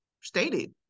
stated